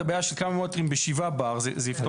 הבעיה של כמה מטרים ב-7 בר זה יפתור את הבעיה.